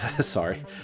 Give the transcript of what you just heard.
sorry